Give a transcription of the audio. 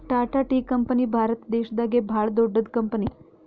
Tata tea company ಭಾರತ ದೇಶದಾಗೆ ಭಾಳ್ ದೊಡ್ಡದ್ ಕಂಪನಿ